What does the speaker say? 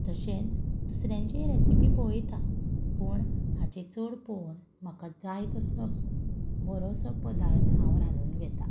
तशेंच दुसऱ्यांचेय रॅसिपी पळयता पूण हाचे चड पळोवन म्हाका जाय तसलो बरोसो पदार्थ हांव रांदून घेता